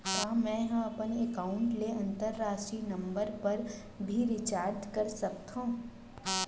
का मै ह अपन एकाउंट ले अंतरराष्ट्रीय नंबर पर भी रिचार्ज कर सकथो